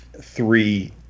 three